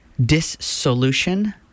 dissolution